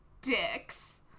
dicks